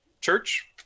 church